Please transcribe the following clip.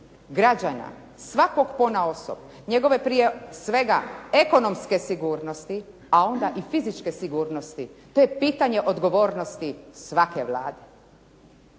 građana, svakog ponaosob, njegove prije svega ekonomske sigurnosti, a onda i fizičke sigurnosti to je pitanje odgovornosti svake vlade.